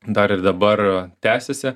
dar ir dabar tęsiasi